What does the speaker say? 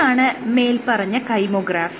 എന്താണ് മേല്പറഞ്ഞ കൈമോഗ്രാഫ്